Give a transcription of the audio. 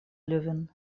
левин